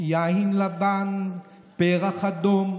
"יין לבן, פרח אדום".